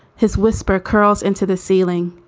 his whisper curls into the ceiling,